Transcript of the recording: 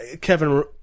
Kevin